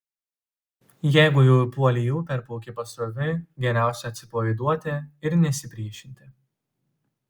jeigu jau įpuolei į upę ir plauki pasroviui geriausia atsipalaiduoti ir nesipriešinti